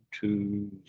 two